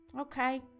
Okay